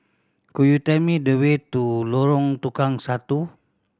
could you tell me the way to Lorong Tukang Satu